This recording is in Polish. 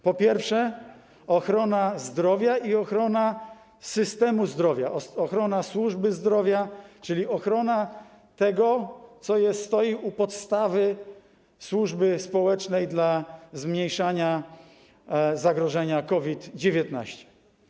Po pierwsze, ochrona zdrowia, ochrona systemu zdrowia i ochrona służby zdrowia, czyli ochrona tego, co stoi u podstaw służby społecznej w celu zmniejszania zagrożenia COVID-19.